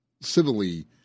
civilly